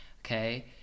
okay